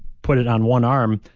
put it on one arm,